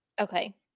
Okay